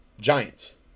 giants